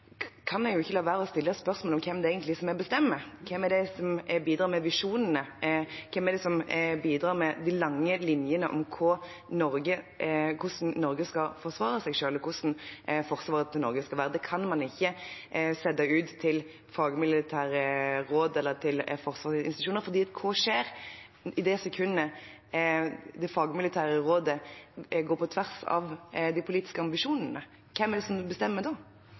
kan jeg ikke la være å stille spørsmålet om hvem det egentlig er som bestemmer. Hvem er det som bidrar med visjonene? Hvem er det som bidrar med de lange linjene om hvordan Norge skal forsvare seg selv, og hvordan forsvaret for Norge skal være? Det kan man ikke sette ut til fagmilitære råd eller til Forsvarets forskningsinstitutt. For hva skjer i det sekundet det fagmilitære rådet går på tvers av de politiske ambisjonene? Hvem er det som bestemmer da?